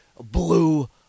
blue